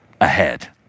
ahead